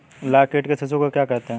लाख कीट के शिशु को क्या कहते हैं?